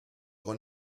con